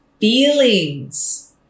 feelings